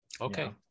okay